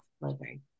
living